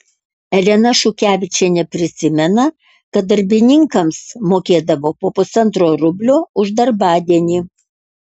elena šukevičienė prisimena kad darbininkams mokėdavo po pusantro rublio už darbadienį